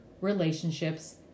relationships